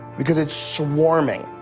because it's swarming,